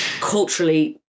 culturally